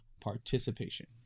participation